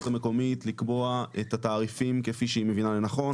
המקומית לקבוע את התעריפים כפי שהיא מבינה לנכון.